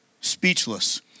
speechless